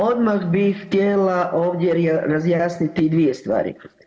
Odmah bih htjela ovdje razjasniti dvije stvari.